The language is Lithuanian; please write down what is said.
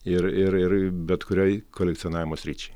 ir ir ir bet kuriai kolekcionavimo sričiai